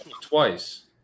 twice